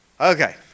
Okay